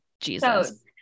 Jesus